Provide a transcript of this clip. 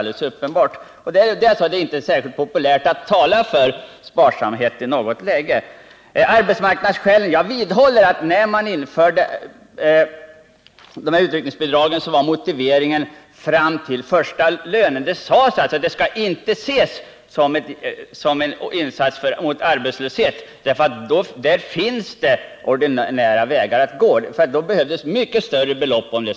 Det är inte särskilt populärt att tala för sparsamhet i något läge. Så till arbetsmarknadsskälen. Jag vidhåller att motiveringen för utryckningsbidragen när de infördes var att de skulle räcka fram till första lönen. Det sades alltså inte att de skulle ses som en insats mot arbetslöshet. Det finns det andra medel för, och i så fall skulle det behövas mycket större belopp.